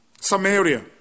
Samaria